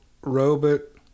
robot